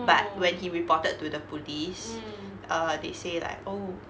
but when he reported to the police err they say like oh